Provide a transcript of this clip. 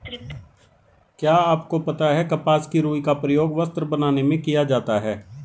क्या आपको पता है कपास की रूई का प्रयोग वस्त्र बनाने में किया जाता है?